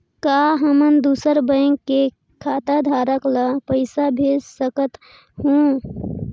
का हमन दूसर बैंक के खाताधरक ल पइसा भेज सकथ हों?